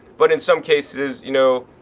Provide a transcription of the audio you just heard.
but in some cases, you know,